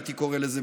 הייתי קורא לזה,